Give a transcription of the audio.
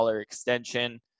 extension